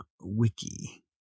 wiki